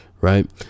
Right